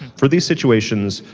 for these situations,